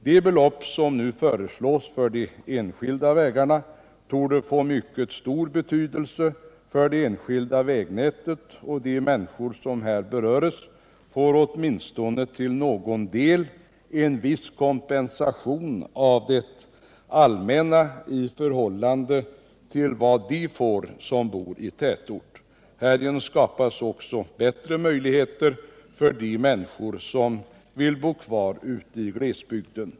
De belopp som nu föreslås för de enskilda vägarna torde få mycket stor betydelse för det enskilda vägnätet, och de människor som här berörs får, åtminstone till någon del, en viss kompensation av det allmänna i förhållande till vad de får som bor i tätort. Härigenom skapas också bättre möjligheter för de människor som så vill att bo kvar i glesbygden.